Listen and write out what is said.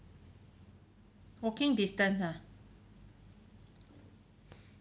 walking distance ah